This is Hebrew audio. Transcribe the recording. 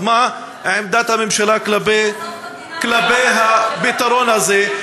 אז מה עמדת הממשלה כלפי הפתרון הזה?